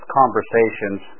conversations